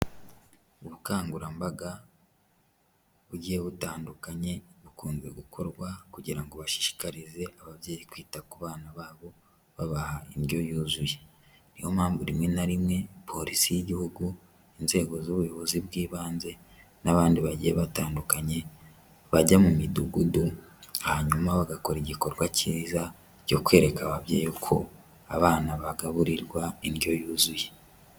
Ubukangurambaga, bugiye butandukanye, bukunze gukorwa kugira ngo bashishikarize ababyeyi kwita ku bana babo, babaha indyo yuzuye, niyo mpamvu rimwe na rimwe polisi y'igihugu, inzego z'ubuyobozi bw'ibanze n'abandi bagiye batandukanye, bajya mu midugudu, hanyuma bagakora igikorwa kiza cyo kwereka ababyeyi uko, abana bagaburirwa indyo yuzuye.